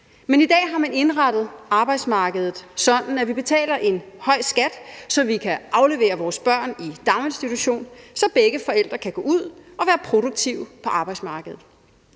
men i dag har man indrettet arbejdsmarkedet sådan, at vi betaler en høj skat, så vi kan aflevere vores børn i daginstitution, så begge forældre kan gå ud og være produktive på arbejdsmarkedet.